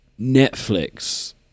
Netflix